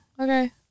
okay